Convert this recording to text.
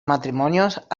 matrimonios